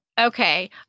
Okay